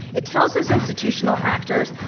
it tells those institutional actors,